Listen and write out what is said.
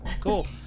cool